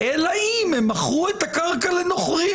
צריך להגיד שעלול לקרות נזק אפידמיולוגי?